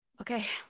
Okay